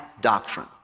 doctrine